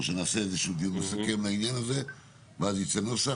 או כשנעשה דיון מסכם לעניין הזה ואז ייצא נוסח.